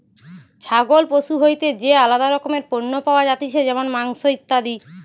ছাগল পশু হইতে যে আলাদা রকমের পণ্য পাওয়া যাতিছে যেমন মাংস, ইত্যাদি